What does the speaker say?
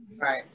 right